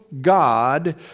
God